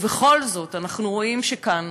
ובכל זאת אנחנו רואים שכאן,